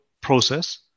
process